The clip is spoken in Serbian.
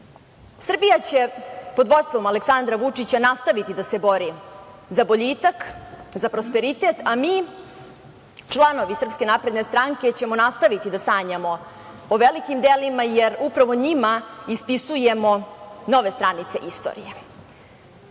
će pod vođstvom Aleksandra Vučića nastaviti da se bori za boljitak, za prosperitet, a mi članovi SNS ćemo nastaviti da sanjamo o velikim delima, jer upravo njima ispisujemo nove stranice istorije. Svaki